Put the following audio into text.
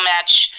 match